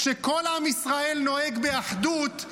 כשכל עם ישראל נוהג באחדות,